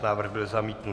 Návrh byl zamítnut.